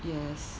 yes